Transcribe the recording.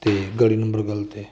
ਅਤੇ ਗਲੀ ਨੰਬਰ ਗਲਤ ਏ